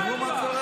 תראו מה קורה,